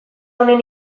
honen